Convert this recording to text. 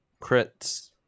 crits